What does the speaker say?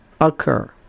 occur